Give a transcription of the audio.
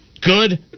Good